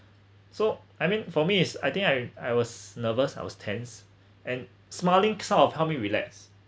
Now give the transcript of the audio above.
so I mean for me is I think I I was nervous I was tense and smiling sort of helps me relax